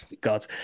God